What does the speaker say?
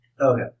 Okay